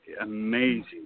amazing